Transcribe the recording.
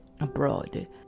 abroad